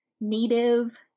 native